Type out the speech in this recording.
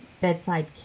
bedside